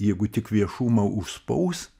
jeigu tik viešumą užspaus